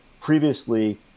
previously